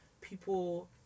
people